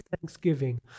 thanksgiving